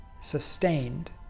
sustained